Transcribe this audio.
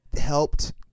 helped